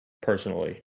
personally